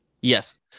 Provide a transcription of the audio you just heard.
yes